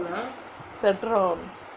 Setron